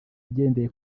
agendeye